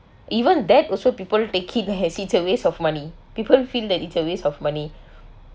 even that also people take it as it's a waste of money people feel that it's a waste of money